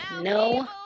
No